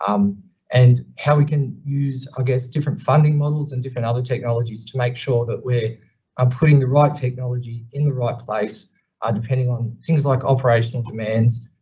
um and how we can use i ah guess different funding models and different other technologies to make sure that we're um putting the right technology in the right place are depending on things like operational demands,